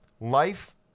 Life